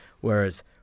Whereas